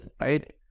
right